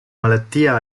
malattia